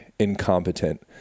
incompetent